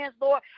Lord